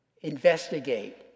investigate